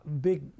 big